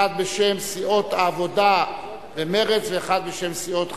אחד בשם סיעות העבודה ומרצ ואחד בשם סיעות חד"ש,